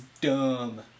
dumb